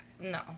no